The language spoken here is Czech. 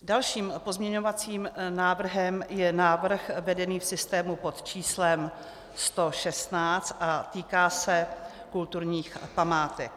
Dalším pozměňovacím návrhem je návrh vedený v systému pod č. 116 a týká se kulturních památek.